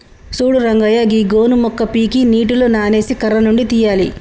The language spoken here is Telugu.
సూడు రంగయ్య గీ గోను మొక్క పీకి నీటిలో నానేసి కర్ర నుండి తీయాలి